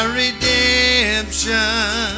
redemption